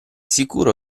sicuro